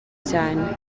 cyane